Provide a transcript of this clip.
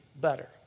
better